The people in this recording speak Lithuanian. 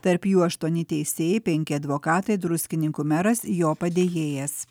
tarp jų aštuoni teisėjai penki advokatai druskininkų meras jo padėjėjas